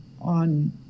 on